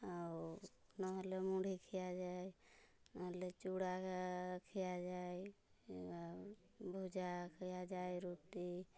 ଆଉ ନହେଲେ ମୁଡ଼ି ଖିଆଯାଏ ନହେଲେ ଚୁଡ଼ା ଖିଆଯାଏ ଆଉ ଭୁଜା ଖିଆଯାଏ ରୁଟି